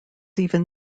even